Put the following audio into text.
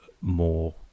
more